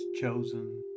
chosen